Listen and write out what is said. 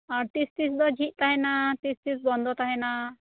ᱟᱨ ᱛᱤᱥ ᱛᱤᱥ ᱫᱚ ᱡᱷᱤᱡ ᱛᱟᱦᱮᱸᱱᱟ ᱛᱤᱥ ᱛᱤᱥ ᱵᱚᱱᱫᱚ ᱛᱟᱦᱮᱸᱱᱟ